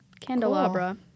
Candelabra